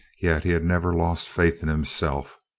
yet he had never lost faith in himself.